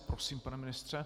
Prosím, pane ministře.